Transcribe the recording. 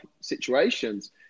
situations